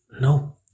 no